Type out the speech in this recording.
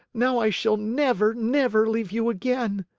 now i shall never, never leave you again!